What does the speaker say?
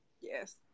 Yes